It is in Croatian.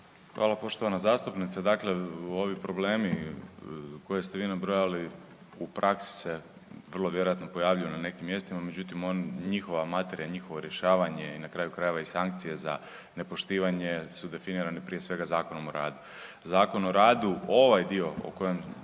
Hvala poštovana zastupnice. Dakle, ovi problemi koje ste vi nabrojali u praksi se vrlo vjerojatno pojavljuju na nekim mjestima, međutim, on, njihova materija, njihovo rješavanje i na kraju krajeva, i sankcije za nepoštivanje su definirane, prije svega, Zakonom o radu. Zakon o radu ovaj dio o kojem